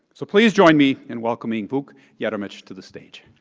so please join me in welcoming vuk jeremic to the stage.